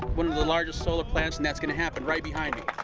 one of the largest solar plants and that's gonna happen right behind me.